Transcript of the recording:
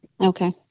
Okay